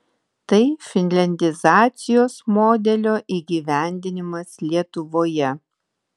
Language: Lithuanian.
tai finliandizacijos modelio įgyvendinimas lietuvoje